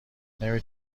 نمی